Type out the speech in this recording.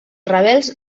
rebels